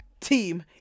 team